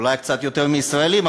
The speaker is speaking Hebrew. אולי קצת יותר מישראלים,